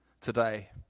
today